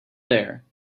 there